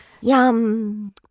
Yum